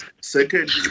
Second